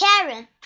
Karen